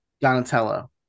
Donatello